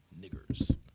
niggers